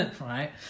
right